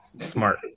smart